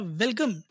welcome